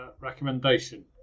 recommendation